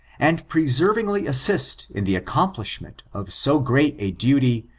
and perseveringly assist in the accomplish ment of so great a duty,